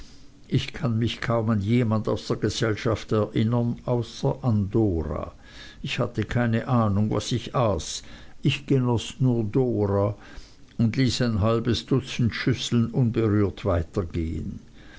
ich kann mich kaum an jemand aus der gesellschaft erinnern außer an dora ich hatte keine ahnung was ich aß ich genoß nur dora und ließ ein halbes dutzend schüsseln unberührt weitergehen